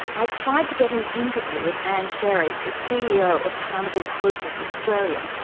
i tried to get an interview with ann sherry, the ceo of carnival cruises australia,